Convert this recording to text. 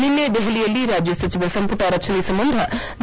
ನಿನೈ ದೆಹಲಿಯಲ್ಲಿ ರಾಜ್ಯ ಸಚಿವ ಸಂಪುಟ ರಚನೆ ಸಂಬಂಧ ಬಿ